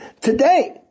today